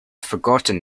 forgotten